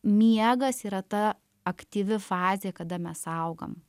miegas yra ta aktyvi fazė kada mes augam